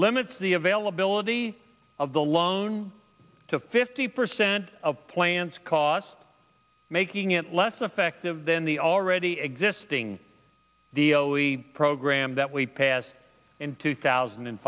limits the availability of the loan to fifty percent of plants because making it less effective than the already existing program that we passed in two thousand and